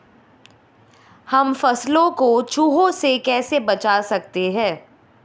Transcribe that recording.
हम फसलों को चूहों से कैसे बचा सकते हैं?